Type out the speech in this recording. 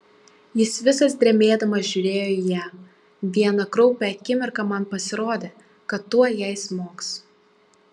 jis visas drebėdamas žiūrėjo į ją vieną kraupią akimirką man pasirodė kad tuoj jai smogs